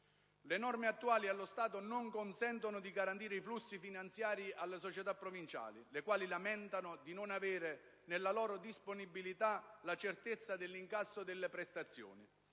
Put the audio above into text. Le norme attuali non consentono di garantire i flussi finanziari alle società provinciali, le quali lamentano di non avere nella loro disponibilità la certezza dell'incasso delle prestazioni.